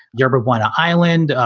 yarber one island,